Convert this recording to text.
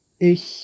ich